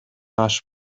ашып